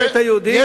הבית היהודי,